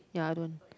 ya I don't